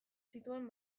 zituen